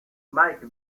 mike